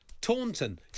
Taunton